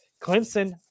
Clemson